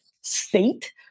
state